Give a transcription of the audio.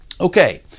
Okay